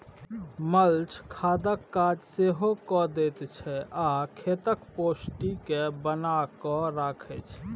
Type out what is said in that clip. mulch खादक काज सेहो कए दैत छै आ खेतक पौष्टिक केँ बना कय राखय छै